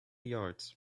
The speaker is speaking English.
yards